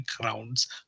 grounds